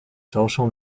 social